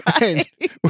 Right